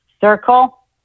circle